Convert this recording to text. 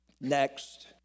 Next